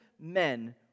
men